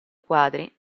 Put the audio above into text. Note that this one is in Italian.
quadri